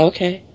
Okay